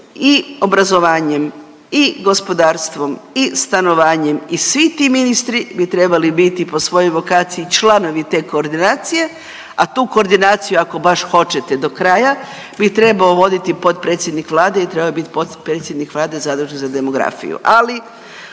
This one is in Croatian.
i obrazovanjem, i gospodarstvom, i stanovanjem i svi ti ministri bi trebali biti po svojoj vokaciji članovi te koordinacije. A tu koordinaciju ako baš hoćete do kraja bi trebao voditi potpredsjednik Vlade i treba biti predsjednik Vlade zadužen za demografiju.